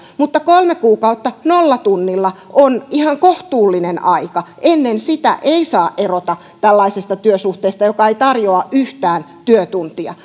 mutta kolme kuukautta nollatunnilla on ihan kohtuullinen aika ennen sitä ei saa erota tällaisesta työsuhteesta joka ei tarjoa yhtään työtuntia